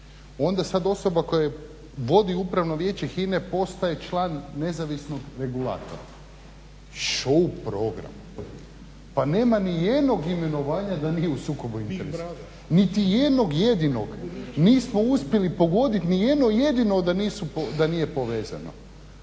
Onda sad osoba koja vodi upravno vijeće HINA-e postaje član nezavisnog regulatora, show program. Pa nema ni jednog imenovanja da nije u sukobu interesa, niti jednog jedinog. Nismo uspjeli pogoditi ni jedno jedino da nije povezano.